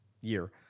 year